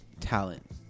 talent